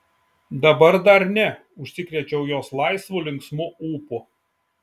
dabar dar ne užsikrėčiau jos laisvu linksmu ūpu